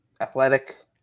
athletic